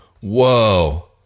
Whoa